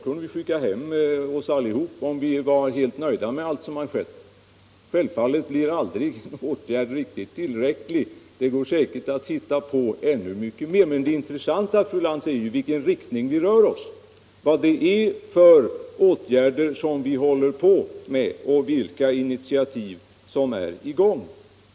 Vore alla helt nöjda med vad som gjorts, kunde vi gå hem — både fru Lantz och jag — och inte behöva diskutera den här frågan längre. Självfallet blir aldrig en åtgärd riktigt tillräcklig. Man kan alltid hitta på fler saker att göra. Men, fru Lantz, vad som är viktigt är i vilken riktning vi rör oss, vilka åtgärder vi arbetar med och vilka initiativ som har tagits.